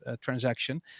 transaction